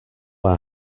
are